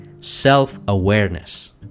self-awareness